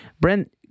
Brent